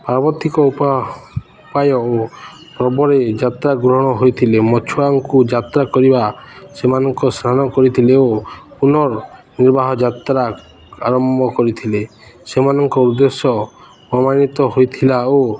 ପାର୍ବତିକ ଉପା ଉପାୟ ଓ ପର୍ବରେ ଯାତ୍ରା ଗ୍ରହଣ ହୋଇଥିଲେ ମଛୁଆଙ୍କୁ ଯାତ୍ରା କରିବା ସେମାନଙ୍କ ସ୍ନାନ କରିଥିଲେ ଓ ପୁର୍ନ ନିର୍ବାହ ଯାତ୍ରା ଆରମ୍ଭ କରିଥିଲେ ସେମାନଙ୍କ ଉଦ୍ଦେଶ୍ୟ ପ୍ରମାଣିତ ହୋଇଥିଲା ଓ